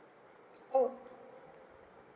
oh